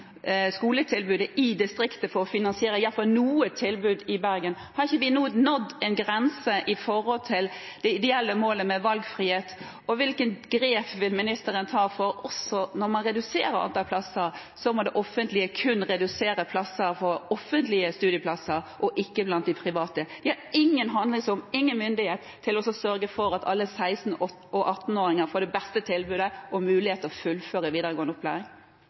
skoletilbudet i distriktet for å finansiere iallfall noe tilbud i Bergen. Har vi ikke nå nådd en grense i forhold til det ideelle målet om valgfrihet, og hvilke grep vil ministeren ta? Når man reduserer antall plasser, må det offentlige redusere offentlige studieplasser, ikke blant de private. De har ikke noe handlingsrom, ikke noen myndighet til å sørge for at alle 16- og 18-åringer får det beste tilbudet og mulighet til å fullføre videregående opplæring.